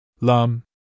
Lum